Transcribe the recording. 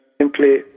simply